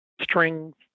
strings